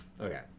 Okay